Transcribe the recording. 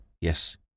Yes